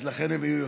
לכן הן יהיו יותר.